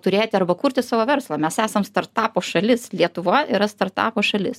turėti arba kurti savo verslą mes esam startapo šalis lietuva yra startapo šalis